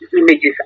images